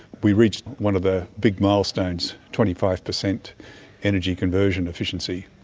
we reached one of the big milestones twenty five percent energy conversion efficiency.